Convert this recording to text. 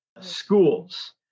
schools